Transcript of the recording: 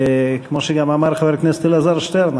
וכמו שגם אמר חבר הכנסת אלעזר שטרן,